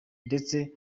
ndetse